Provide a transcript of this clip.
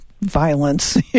violence